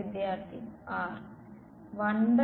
വിദ്യാർത്ഥി r